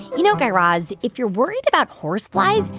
you know, guy raz, if you're worried about horseflies,